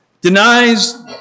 Denies